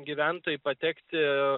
gyventojai patekti